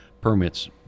permits